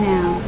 Now